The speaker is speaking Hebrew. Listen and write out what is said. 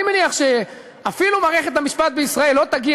אני מניח שאפילו מערכת המשפט בישראל לא תגיע